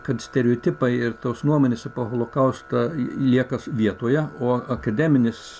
kad stereotipai ir tos nuomonės apie holokaustą lieka vietoje o akademinis